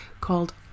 called